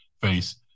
face